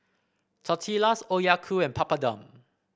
Tortillas Okayu and Papadum